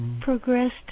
progressed